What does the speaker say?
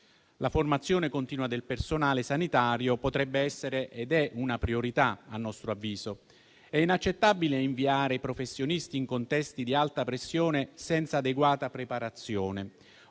La formazione continua del personale sanitario potrebbe essere - ed è - una priorità, a nostro avviso: è inaccettabile inviare i professionisti in contesti di alta pressione senza adeguata preparazione.